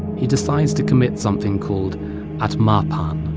he decides to commit something called atmaarpan,